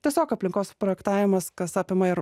tiesiog aplinkos projektavimas kas apima ir